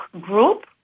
group